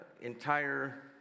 entire